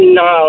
no